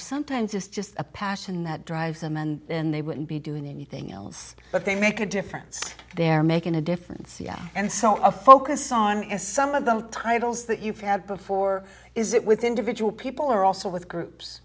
sometimes it's just a passion that drives them and they wouldn't be doing anything else but they make a difference they're making a difference and so a focus on is some of the titles that you've had before is it with individual people or also with groups